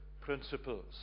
principles